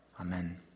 Amen